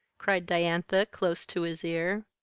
cried diantha, close to his ear.